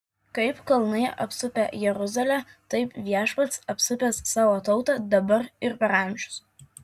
kaip kalnai apsupę jeruzalę taip viešpats apsupęs savo tautą dabar ir per amžius